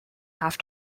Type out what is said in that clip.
half